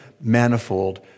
manifold